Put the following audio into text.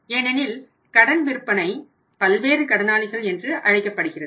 ஏனெனில் கடன் விற்பனை பல்வேறு கடனாளிகள் என்று அழைக்கப்படுகிறது